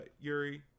yuri